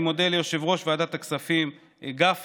אני מודה ליושב-ראש ועדת הכספים גפני,